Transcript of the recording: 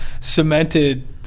cemented